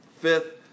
Fifth